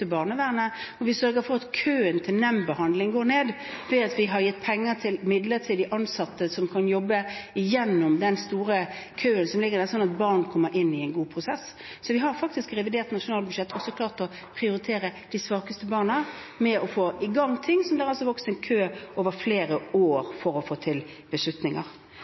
barnevernet, hvor vi sørger for at køen til nemndbehandling går ned ved at vi har gitt midler til midlertidig ansatte som kan jobbe seg gjennom den store køen som ligger der, sånn at barn kommer inn i en god prosess. Vi har faktisk i revidert nasjonalbudsjett også klart å prioritere de svakeste barna – og den køen har vokst i flere år – ved å få i gang ting for å få til beslutninger. Vi gjør alltid flere